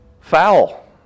Foul